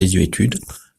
désuétude